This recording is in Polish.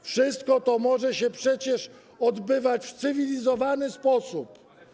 Wszystko to może się przecież odbywać w cywilizowany sposób.